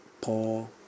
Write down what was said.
Paul